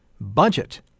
budget